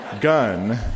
gun